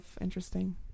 interesting